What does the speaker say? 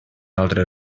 altre